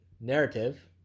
narrative